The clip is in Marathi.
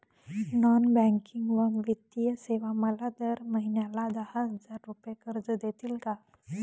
नॉन बँकिंग व वित्तीय सेवा मला दर महिन्याला दहा हजार रुपये कर्ज देतील का?